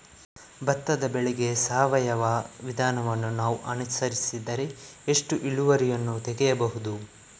ಭತ್ತದ ಬೆಳೆಗೆ ಸಾವಯವ ವಿಧಾನವನ್ನು ನಾವು ಅನುಸರಿಸಿದರೆ ಎಷ್ಟು ಇಳುವರಿಯನ್ನು ತೆಗೆಯಬಹುದು?